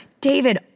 David